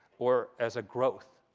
or as a growth,